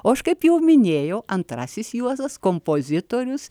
o aš kaip jau minėjau antrasis juozas kompozitorius